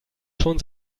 schon